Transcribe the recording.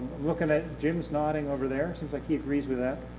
looking at jim's nodding over there, seems like he agrees with that.